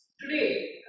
Today